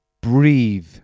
Breathe